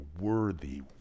worthy